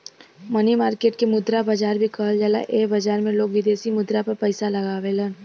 मनी market के मुद्रा बाजार भी कहल जाला एह बाजार में लोग विदेशी मुद्रा पर पैसा लगावेलन